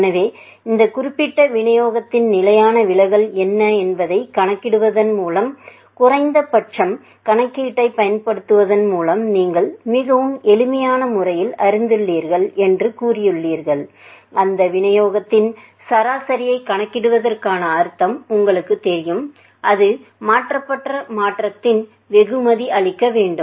எனவே இந்த குறிப்பிட்ட விநியோகத்தின் நிலையான விலகல் என்ன என்பதைக் கணக்கிடுவதன் மூலம் குறைந்த கணக்கீட்டைப் பயன்படுத்துவதன் மூலம் நீங்கள் மிகவும் எளிமையான முறையில் அறிந்திருக்கிறீர்கள் என்று கூறியுள்ளீர்கள் அந்த விநியோகத்தின் சராசரியைக் கணக்கிடுவதற்கான அர்த்தம் உங்களுக்குத் தெரியும் அது மாற்றப்பட்ட மாற்றத்திற்கு வெகுமதி அளிக்க வேண்டும்